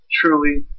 truly